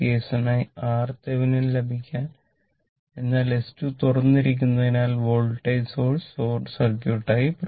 ഈ കേസിനായി RThevenin ലഭിക്കാൻ എന്നാൽ S2 തുറന്നിരിക്കുന്നതിനാൽ വോൾട്ടേജ് സോഴ്സ് ഷോർട്ട് സർക്യൂട്ടായി